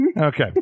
okay